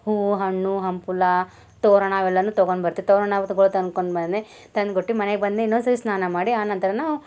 ಹೂವು ಹಣ್ಣು ಹಂಪ್ಲು ತೋರಣ ಅವೆಲ್ಲನೂ ತಗೊಂಬರ್ತೀವಿ ತೋರಣ ತಂದ್ಬುಟ್ಟು ಮನೆಗೆ ಬಂದು ಇನ್ನೊಂದು ಸಾರಿ ಸ್ನಾನ ಮಾಡಿ ಆನಂತರ ನಾವು